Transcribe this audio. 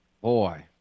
Boy